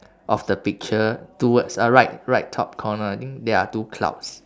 of the picture towards uh right right top corner I think there are two clouds